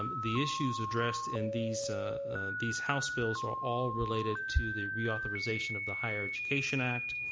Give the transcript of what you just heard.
um the issues addressed in these these house bills are all related to the reauthorization of the higher education act.